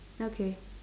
okay